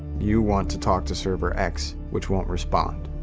you want to talk to server x, which won't respond.